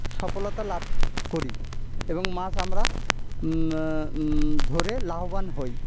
সফলতা লাভ করি এবং মাছ আমরা ধরে লাভবান হই